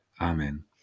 Amen